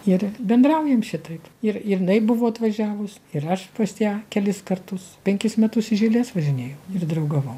ir bendraujam šitaip ir ir jinai buvo atvažiavus ir aš pas ją kelis kartus penkis metus iš eilės važinėju ir draugavau